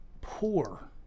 poor